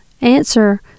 answer